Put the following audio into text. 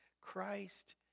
Christ